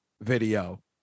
video